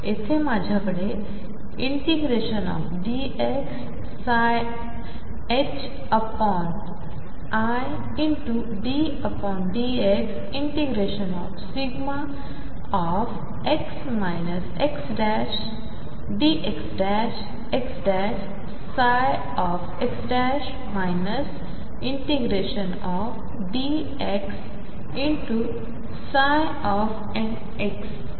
येथे माझ्याकडे ∫dx niddx ∫δx xdxxnx ∫dx m एकत्रीकरण आहे